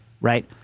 right